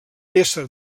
ésser